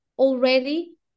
Already